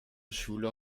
schule